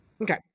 Okay